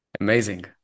Amazing